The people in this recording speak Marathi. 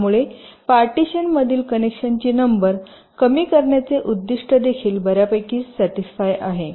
त्यामुळे पार्टीशनमधील कनेक्शनची नंबर कमी करण्याचे उद्दीष्ट देखील बर्यापैकी समाधानी आहे